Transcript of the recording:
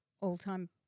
all-time